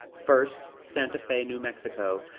first, santa fe, new mexico,